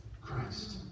Christ